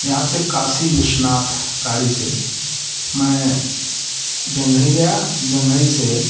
यहाँ से कशी विश्वनाथ गाड़ी से मै जंघई गया जंघई से करके